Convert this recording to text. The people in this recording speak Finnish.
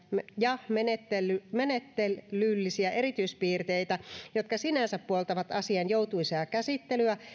ja menettelyllisiä menettelyllisiä erityispiirteitä jotka sinänsä puoltavat asian joutuisaa käsittelyä